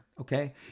okay